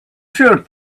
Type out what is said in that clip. shirt